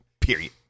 Period